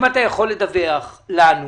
אם אתה יכול לדווח לנו,